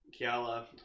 kiala